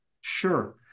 Sure